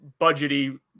budgety